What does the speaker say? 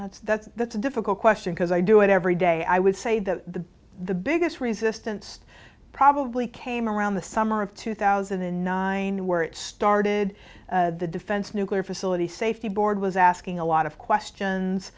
that's that's that's a difficult question because i do it every day i would say the the biggest resistance probably came around the summer of two thousand and nine where it started the defense nuclear facility safety board was asking a lot of questions